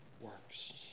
works